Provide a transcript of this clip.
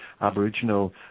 Aboriginal